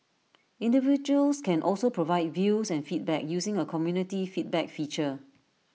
individuals can also provide views and feedback using A community feedback feature